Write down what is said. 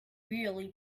really